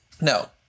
No